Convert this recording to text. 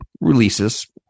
releases